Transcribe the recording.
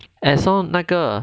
as long 那个